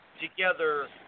together